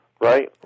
right